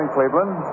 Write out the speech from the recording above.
Cleveland